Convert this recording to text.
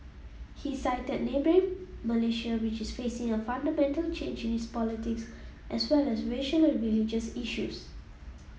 he cited neighbouring Malaysia which is facing a fundamental change in its politics as well as racial and religious issues